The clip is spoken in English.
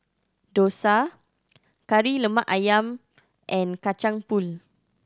dosa Kari Lemak Ayam and Kacang Pool